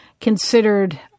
considered